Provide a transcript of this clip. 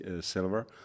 silver